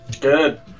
good